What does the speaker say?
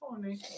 funny